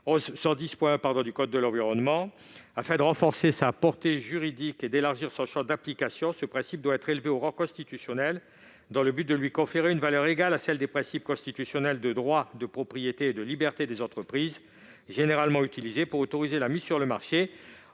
110-1 du code de l'environnement. Afin de renforcer sa portée juridique et d'élargir son champ d'application, il doit être élevé au rang constitutionnel. Il faut lui conférer une valeur égale à celle des principes constitutionnels du droit de propriété et de la liberté d'entreprendre, généralement invoqués pour autoriser la mise sur le marché